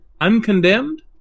uncondemned